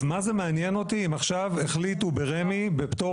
אז מה זה מעניין אותי אם עכשיו החליטו ברמ"י בפטור